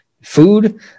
food